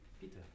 Peter